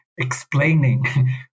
explaining